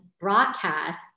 broadcast